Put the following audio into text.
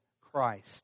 Christ